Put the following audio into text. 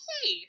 Hey